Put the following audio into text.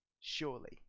Surely